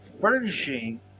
furnishing